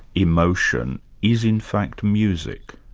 emotion, is in fact music.